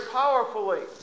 powerfully